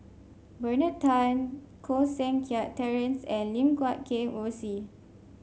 Bernard Tan Koh Seng Kiat Terence and Lim Guat Kheng Rosie